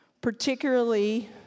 Particularly